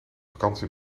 vakantie